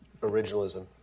Originalism